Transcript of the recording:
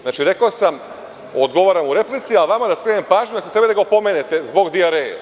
Znači, rekao sam, odgovaram u replici, a vama da skrenem pažnju da ste trebali da ga opomenete zbog dijareje.